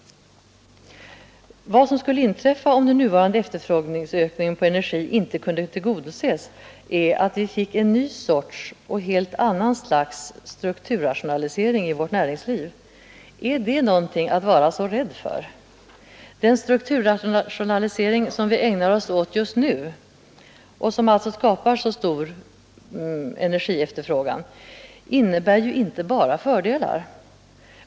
Vad som skulle inträffa om den nuvarande ökningen av efterfrågan på energi inte kunde tillgodoses är att vi fick en ny och helt annan sorts strukturrationalisering i vårt näringsliv. Är det något att vara så rädd för? Den strukturrationalisering som vi ägnar oss åt just nu och som skapar så stor energiefterfrågan innebär ju inte bara fördelar.